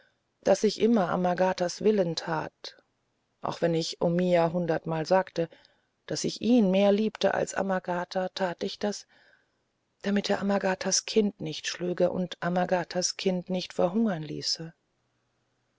daß ich immer amagatas willen tat auch wenn ich omiya hundertmal sagte daß ich ihn mehr liebte als amagata tat ich das damit er amagatas kind nicht schlüge und amagatas kind nicht verhungern ließe